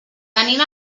tenint